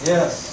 Yes